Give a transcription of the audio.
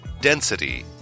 Density